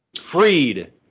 freed